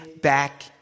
back